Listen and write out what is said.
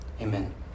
Amen